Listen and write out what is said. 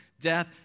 death